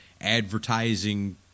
advertising